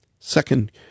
Second